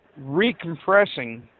recompressing